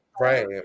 right